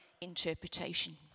interpretation